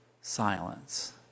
silence